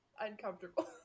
uncomfortable